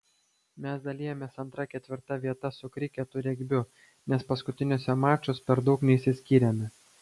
mes dalijamės antra ketvirta vietas su kriketu ir regbiu nes paskutiniuose mačuos per daug neišsiskyrėme